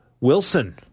Wilson